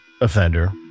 offender